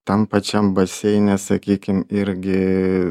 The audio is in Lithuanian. tam pačiam baseine sakykim irgi